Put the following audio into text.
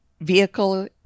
vehicle